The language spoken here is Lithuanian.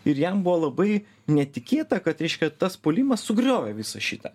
ir jam buvo labai netikėta kad reiškia tas puolimas sugriovė visą šitą